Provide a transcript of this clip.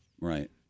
Right